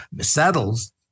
settles